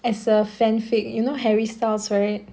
as a fan fic you know harry styles right